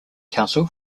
council